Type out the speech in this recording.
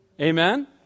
Amen